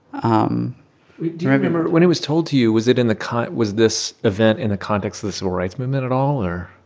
um you remember when it was told to you, was it in the kind of was this event in the context of the civil rights movement at all? or.